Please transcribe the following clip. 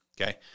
Okay